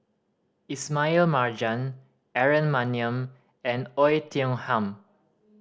Ismail Marjan Aaron Maniam and Oei Tiong Ham